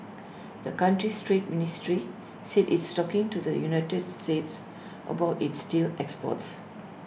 the country's trade ministry said it's talking to the united states about its steel exports